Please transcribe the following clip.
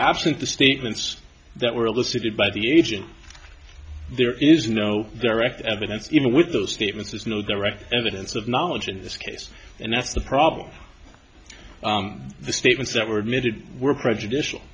absent the statements that were elicited by the agent there is no direct evidence even with those statements there's no direct evidence of knowledge in this case and that's the problem the statements that were admitted were prejudicial